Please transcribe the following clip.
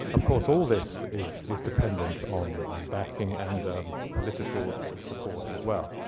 of course, all this is is dependent on on backing and um political support as well.